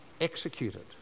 executed